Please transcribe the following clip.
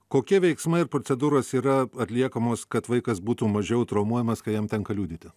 kokie veiksmai ir procedūros yra atliekamos kad vaikas būtų mažiau traumuojamas kai jam tenka liudyti